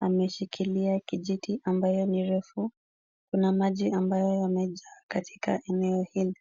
ameshikilia kijiti ambayo ni refu. Kuna maji ambayo yamejaa katika eneo hili.